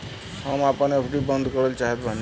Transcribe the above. हम आपन एफ.डी बंद करल चाहत बानी